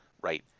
right